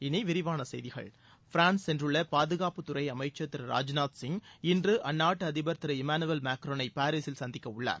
இனி விரிவான செய்திகள் ஃபிரான்ஸ் சென்றுள்ள பாதுகாப்புத்துறை அமைச்சர் திரு ராஜ்நாத் சிங் இன்று அந்நாட்டு அதிபர் திரு இமானுவேல் மெக்ரானை பாரீசில் சந்திக்க உள்ளார்